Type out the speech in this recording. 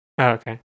Okay